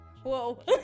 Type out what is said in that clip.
Whoa